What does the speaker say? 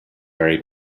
very